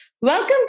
Welcome